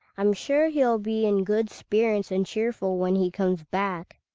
i'm sure he'll be in good spirits and cheerful when he comes back.